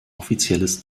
offizielles